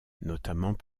notamment